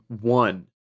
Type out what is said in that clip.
one